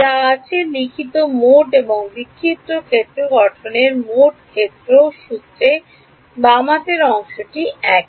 যা আছে লিখিত মোট এবং বিক্ষিপ্ত ক্ষেত্র গঠনের মোট ক্ষেত্র সূত্রে বাম হাতের অংশটি একই